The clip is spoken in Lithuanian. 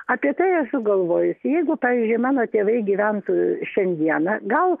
apie tai esu galvojusi jeigu pavyzdžiui mano tėvai gyventų šiandieną gal